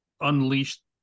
unleashed